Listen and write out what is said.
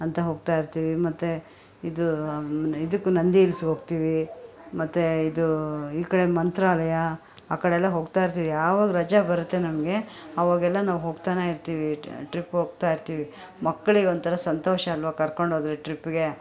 ಅಂತ ಹೋಗ್ತಾಯಿರ್ತೀವಿ ಮತ್ತೆ ಇದು ಇದಕ್ಕೂ ನಂದಿ ಹಿಲ್ಸ್ಗೋಗ್ತೀವಿ ಮತ್ತೆ ಇದು ಈ ಕಡೆ ಮಂತ್ರಾಲಯ ಆ ಕಡೆಯೆಲ್ಲ ಹೋಗ್ತಾಯಿರ್ತೀವಿ ಯಾವಾಗ ರಜೆ ಬರುತ್ತೆ ನಮಗೆ ಆವಾಗೆಲ್ಲ ನಾವು ಹೋಗ್ತಾನೆಯಿರ್ತೀವಿ ಟ್ರಿಪ್ ಹೋಗ್ತಾಯಿರ್ತೀವಿ ಮಕ್ಕಳಿಗೊಂಥರ ಸಂತೋಷ ಅಲ್ವಾ ಕರ್ಕೊಂಡೋದರೆ ಟ್ರಿಪ್ಗೆ